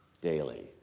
daily